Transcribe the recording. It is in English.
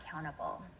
accountable